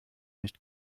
nicht